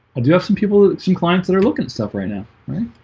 i do have some people some clients that are looking at stuff right now, right?